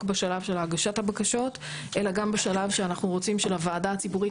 בשלב של הגשת הבקשות אלא גם בשלב שאנחנו רוצים שלוועדה הציבורית,